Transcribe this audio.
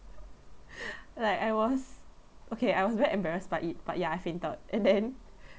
like I was okay I was very embarrassed by it but ya I fainted and then